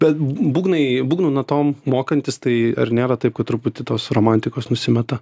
bet būgnai būgnų natom mokantis tai ar nėra taip kad truputį tos romantikos nusimeta